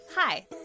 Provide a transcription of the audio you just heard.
Hi